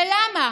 ולמה?